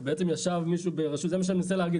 מישהו בעצם ישב ברשות --- זה מה שאני מנסה להגיד,